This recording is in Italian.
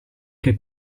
che